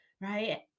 right